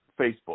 Facebook